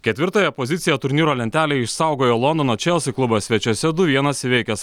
ketvirtąją poziciją turnyro lentelėje išsaugojo londono čelsi klubas svečiuose du vienas įveikęs